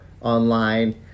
online